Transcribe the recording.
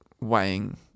weighing